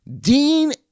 Dean